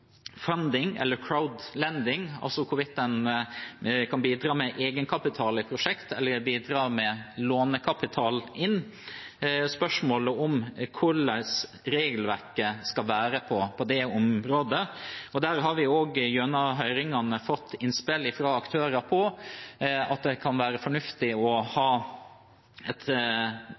crowdfunding eller crowdlending, altså hvorvidt en kan bidra med egenkapital eller lånekapital i prosjekter, er spørsmålet hvordan regelverket skal være på det området. Gjennom høringene har vi fått innspill fra aktørene om at det kan være fornuftig å ha et